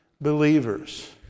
believers